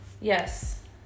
Yes